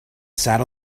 sat